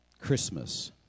Christmas